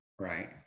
right